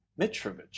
Mitrovic